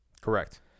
Correct